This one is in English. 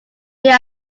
there